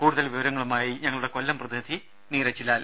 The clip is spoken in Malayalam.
കൂടുതൽ വിവരങ്ങളുമായി ഞങ്ങളുടെ കൊല്ലം പ്രതിനിധി നീരജ് ലാൽ